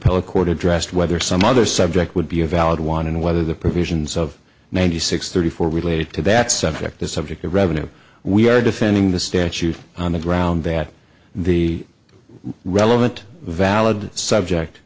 court addressed whether some other subject would be a valid one and whether the provisions of ninety six thirty four relate to that subject the subject of revenue we are defending the statute on the ground that the relevant valid subject